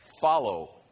follow